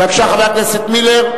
בבקשה, חבר הכנסת מילר.